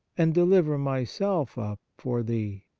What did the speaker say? and deliver myself up for thee.